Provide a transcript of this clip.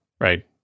right